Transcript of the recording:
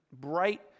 bright